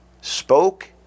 spoke